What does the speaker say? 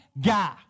guy